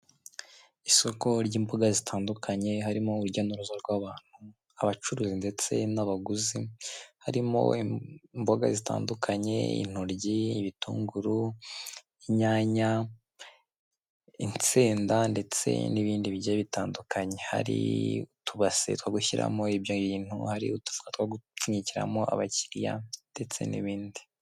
Isoko ry'imboga zitandukanye, harimo urujya n'uruza rw'abantu abacuruzi ndetse n'abaguzi, harimo imboga zitandukanye intoryi, ibitunguru, inyanya, insenda ndetse n'ibindi bigiye bitandukanye, hari utubase two gushyiramo ibyo bintu, hari udufuka two gupfunyikiramo abakiriya ndetse n'ibindi.